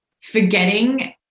forgetting